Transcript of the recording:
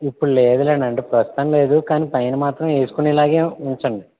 ఇప్పుడు లేదు లేండి అంటే ప్రస్తుతానికి లేదు కాని పైన మాత్రం వేసుకునే లాగే ఉంచండి